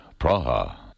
Praha